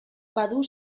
badu